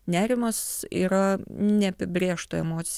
nerimas yra neapibrėžta emocija